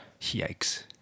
Yikes